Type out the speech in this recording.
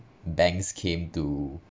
banks came to